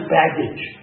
baggage